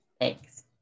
Thanks